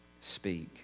speak